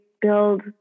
build